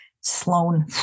Sloan